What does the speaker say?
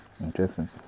Interesting